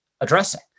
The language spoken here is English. addressing